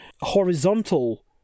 horizontal